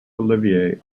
olivier